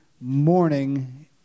Morning